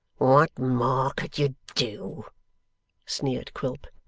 what more could you do sneered quilp,